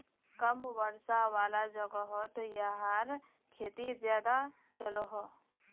कम वर्षा वाला जोगोहोत याहार खेती ज्यादा चलोहो